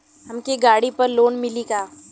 हमके गाड़ी पर लोन मिली का?